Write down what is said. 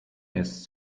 ist